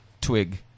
twig